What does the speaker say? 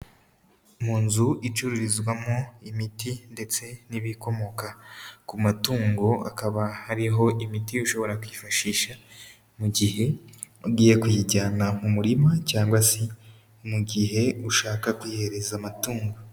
Mu nzu icururizwamo imiti ndetse n'ibikomoka ku matungo, akaba hariho imiti ushobora kwifashisha mu gihe ugiye kuyijyana mu murima cyangwa se mu gihe ushaka kuyihereza amatungo.